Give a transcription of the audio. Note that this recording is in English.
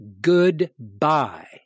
goodbye